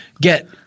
get